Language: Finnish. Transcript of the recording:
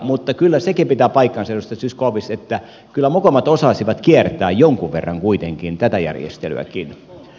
mutta kyllä sekin pitää paikkansa edustaja zyskowicz että kyllä mokomat osasivat kiertää jonkun verran kuitenkin tätä järjestelyäkin